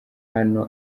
hano